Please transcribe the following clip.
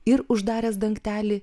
ir uždaręs dangtelį